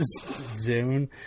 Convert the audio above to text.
Zune